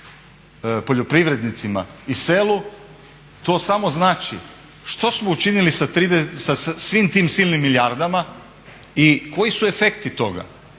poljoprivrednicima i selu to samo znači što smo učinili sa svim tim silnim milijardama i koji su efekti toga?